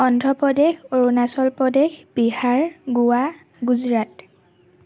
Andhra Pradesh Arunachal Pradesh Bihar Goa Gujarat